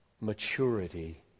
maturity